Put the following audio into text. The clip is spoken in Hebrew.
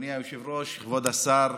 אדוני היושב-ראש, כבוד השר.